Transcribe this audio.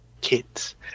kids